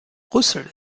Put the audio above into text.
brüssel